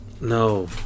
no